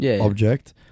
object